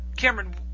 Cameron